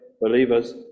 believers